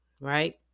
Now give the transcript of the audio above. right